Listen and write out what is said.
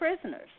prisoners